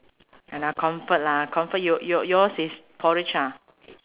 !hanna! comfort lah comfort your your yours is porridge ah